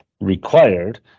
required